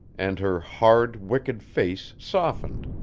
and her hard, wicked face softened,